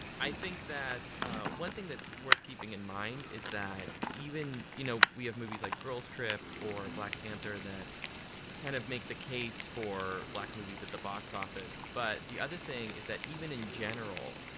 i think that one thing that's worth keeping in mind is that even, you know, we have movies like girls trip or black panther that kind of make the case for black movies at the box office. but the other thing is that even in general,